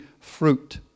fruit